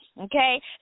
Okay